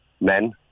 men